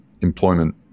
employment